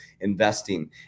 investing